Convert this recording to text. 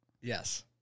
Yes